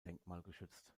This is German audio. denkmalgeschützt